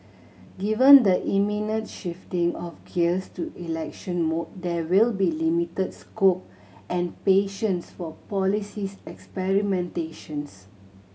given the imminent shifting of gears to election mode there will be limited scope and patience for policy's experimentations